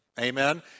Amen